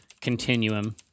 Continuum